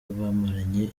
bamaranye